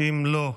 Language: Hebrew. אם לא,